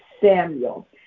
Samuel